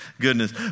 goodness